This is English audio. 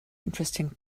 interesting